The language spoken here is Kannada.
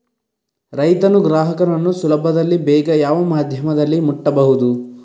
ರೈತನು ಗ್ರಾಹಕನನ್ನು ಸುಲಭದಲ್ಲಿ ಬೇಗ ಯಾವ ಮಾಧ್ಯಮದಲ್ಲಿ ಮುಟ್ಟಬಹುದು?